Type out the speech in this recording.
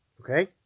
Okay